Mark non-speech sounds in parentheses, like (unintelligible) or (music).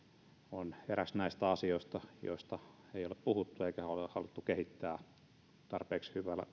on eräs näistä asioista joista ei ole puhuttu eikä sitä ole haluttu kehittää tarpeeksi hyvällä (unintelligible)